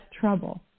trouble